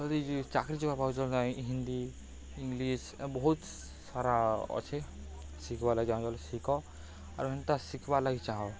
ଯଦି ଚାକିରୀ ଯିବା ପାଉଛ ହିନ୍ଦୀ ଇଂଲିଶ ଏ ବହୁତ ସାରା ଅଛେ ଶିଖିବାର୍ ଲାଗି ଶିଖ ଆର୍ ଏନ୍ତା ଶିଖିବାର୍ ଲାଗି ଚାହ